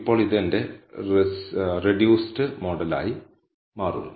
ഇപ്പോൾ ഇത് എന്റെ റെഡ്യൂസ്ഡ് മോഡലായി മാറുന്നു